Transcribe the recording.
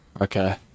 Okay